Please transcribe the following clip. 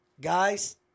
guys